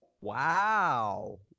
Wow